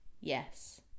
Yes